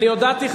אני הודעתי,